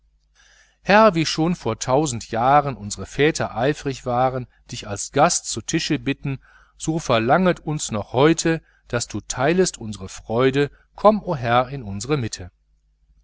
herr wie schon vor tausend jahren unsre väter eifrig waren dich als gast zu tisch zu bitten so verlangt uns noch heute daß du teilest unsre freude komm o herr in unsre mitte